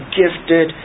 gifted